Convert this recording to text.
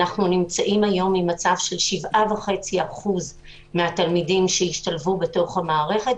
אנחנו נמצאים היום ממצב של 7.5% מהתלמידים שהשתלבו במערכת,